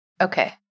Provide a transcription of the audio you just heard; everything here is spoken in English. Okay